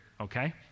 okay